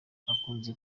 akunze